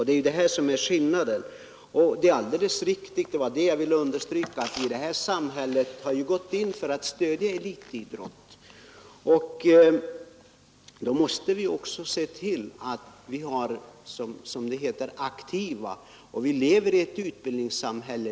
Det är det som är skillnaden, Det är alldeles riktigt — det vill jag understryka att i det här samhället har vi gått in för att stödja elitidrott, men då måste vi också se till att vi har, som det heter, aktiva. Vi lever i ett utbildningssamhälle.